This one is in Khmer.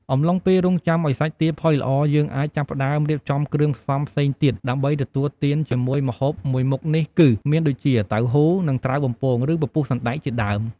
អំឡុងពេលរង់ចាំឱ្យសាច់ទាផុយល្អ យើងអាចចាប់ផ្ដើម រៀបចំគ្រឿងផ្សំផ្សេងទៀត ដើម្បីទទួលទានជាមួយម្ហូបមួយមុខនេះគឺ មានដូចជា តៅហ៊ូ និង ត្រាវបំពង ឬ ពពុះសណ្ដែកជាដើម។